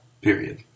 period